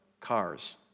cars